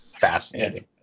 fascinating